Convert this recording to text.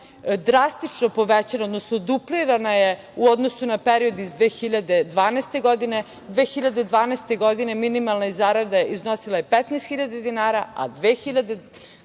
drastično povećana, odnosno duplirana je u odnosu na period iz 2012. godine. Godine 2012. minimalna zarada je iznosila 15.000 dinara,